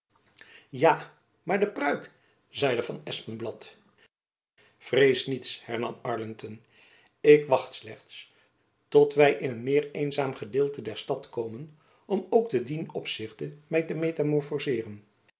ja maar de pruik zeide van espenblad jacob van lennep elizabeth musch vrees niets hernam arlington ik wacht slechts tot wy in een meer eenzaam gedeelte der stad komen om ook te dien opzichte my te